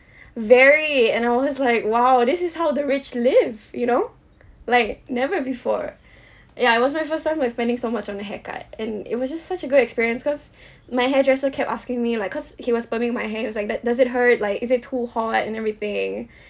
very and I was like !wow! this is how the rich live you know like never before ya it was my first time went spending so much on a haircut and it was just such a good experience cause my hairdresser kept asking me like cause he was perming my hair he was like that does it hurt is it too hot and everything